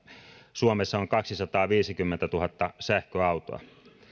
suomessa on kaksisataaviisikymmentätuhatta sähköautoa